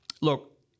look